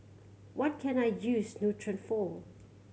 what can I use Nutren for